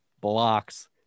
blocks